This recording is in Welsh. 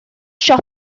siop